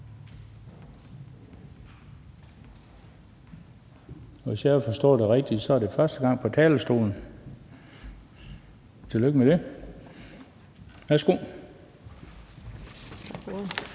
hvis jeg har forstået det rigtigt, er det første gang på talerstolen – tillykke med det! Værsgo.